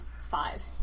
five